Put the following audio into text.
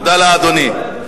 תודה לאדוני.